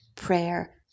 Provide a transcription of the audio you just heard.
prayer